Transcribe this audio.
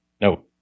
No